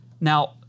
Now